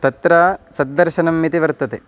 तत्र सद्दर्शनम् इति वर्तते